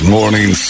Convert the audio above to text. Morning